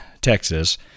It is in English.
texas